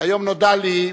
היום נודע לי,